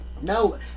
No